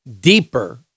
deeper